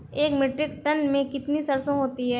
एक metric ton में कितनी सरसों होती है?